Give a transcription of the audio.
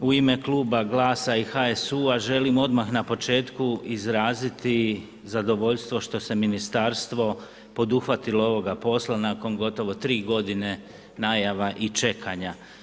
U ime Kluba Glasa i HSU-a želim odmah na početku izraziti zadovoljstvo što se ministarstvo poduhvatilo ovoga posla nakon gotovo 3 godine najava i čekanja.